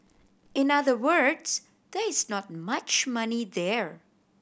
in other words there is not much money there